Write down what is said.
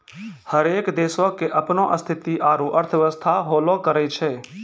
हरेक देशो के अपनो स्थिति आरु अर्थव्यवस्था होलो करै छै